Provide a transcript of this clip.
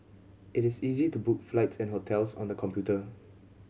it is easy to book flight and hotels on the computer